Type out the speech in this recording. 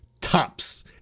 tops